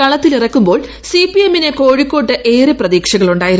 കളത്തിലിറക്കുമ്പോൾ സിപിഎമ്മിനു കോഴിക്കോട്ട് ഏറെ പ്രതീക്ഷകളുണ്ടായിരുന്നു